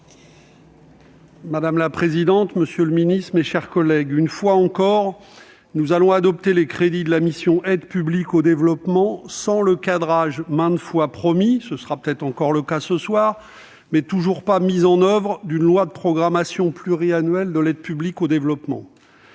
Madame la présidente, monsieur le ministre, mes chers collègues, une fois encore, nous allons adopter les crédits de la mission « Aide publique au développement » sans le cadrage maintes fois promis- ce sera peut-être encore le cas ce soir -, mais toujours pas mis en oeuvre, d'une loi de programmation pluriannuelle de l'aide publique au développement.